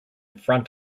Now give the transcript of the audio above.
front